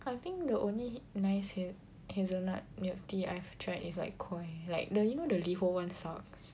I think the only nice haz~ hazelnut milk tea I've tried is like KOI like the like the LiHO [one] sucks